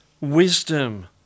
wisdom